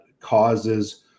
causes